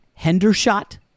Hendershot